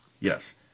Yes